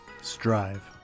strive